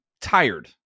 tired